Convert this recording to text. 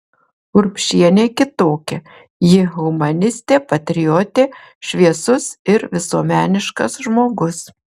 urbšienė kitokia ji humanistė patriotė šviesus ir visuomeniškas žmogus